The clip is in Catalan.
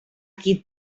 qui